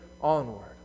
onward